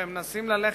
ומנסים ללכת,